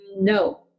No